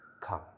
come